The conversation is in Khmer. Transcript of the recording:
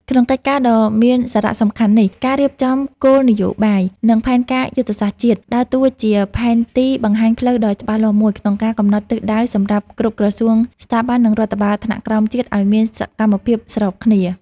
ក្នុងកិច្ចការដ៏មានសារៈសំខាន់នេះ ការរៀបចំគោលនយោបាយ និងផែនការយុទ្ធសាស្ត្រជាតិ ដើរតួជាផែនទីបង្ហាញផ្លូវដ៏ច្បាស់លាស់មួយ ក្នុងការកំណត់ទិសដៅសម្រាប់គ្រប់ក្រសួងស្ថាប័ន និងរដ្ឋបាលថ្នាក់ក្រោមជាតិឱ្យមានសកម្មភាពស្របគ្នា។